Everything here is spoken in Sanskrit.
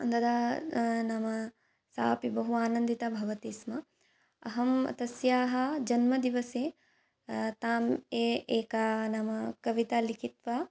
तदा नाम सा अपि बहु आनन्दिता भवति स्म अहं तस्याः जन्मदिवसे ताम् ए एकां नाम कवितां लिखित्वा